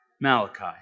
Malachi